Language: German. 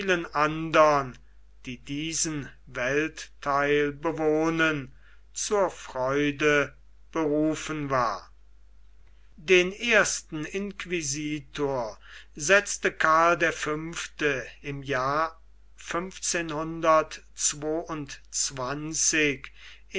andern die diesen welttheil bewohnen zur freude berufen war den ersten inquisitor setzte karl der fünfte im jahre